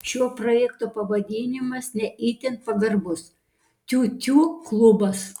šio projekto pavadinimas ne itin pagarbus tiutiū klubas